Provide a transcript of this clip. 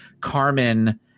Carmen